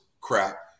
crap